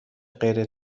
غیر